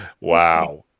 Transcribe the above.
Wow